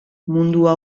mundua